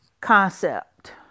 concept